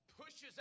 pushes